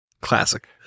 Classic